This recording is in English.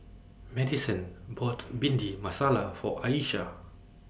Madisyn bought Bhindi Masala For Ayesha